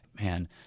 man